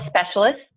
specialists